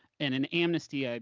and in amnesty, ah